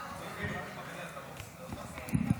ראשית,